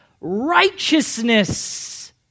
righteousness